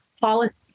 policies